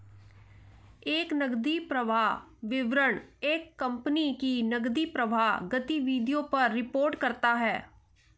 एक नकदी प्रवाह विवरण एक कंपनी की नकदी प्रवाह गतिविधियों पर रिपोर्ट करता हैं